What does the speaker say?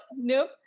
nope